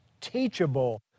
teachable